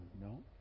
no